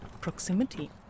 proximity